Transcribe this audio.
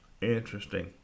Interesting